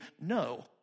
no